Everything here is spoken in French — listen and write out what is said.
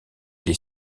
les